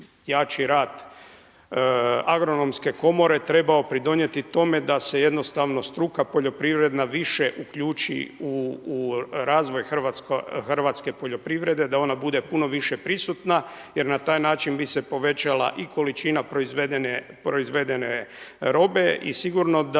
jači rad Agronomske komore trebao pridonijeti tome da se jednostavno struka poljoprivredna više uključi u razvoj hrvatske poljoprivrede, da ona bude puno više prisutna jer na taj način bi se povećala i količina proizvedene robe i sigurno da